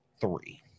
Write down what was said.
three